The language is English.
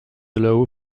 allow